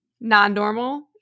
non-normal